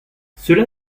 cela